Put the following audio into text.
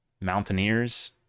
Mountaineers